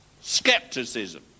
skepticism